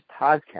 podcast